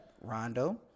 Rondo